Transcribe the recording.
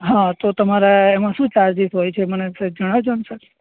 હં તો તમારે એમાં શું ચાર્જીસ હોય છે મને સહેજ જણાવજો ને સર